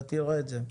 אתה תראה את זה.